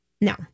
No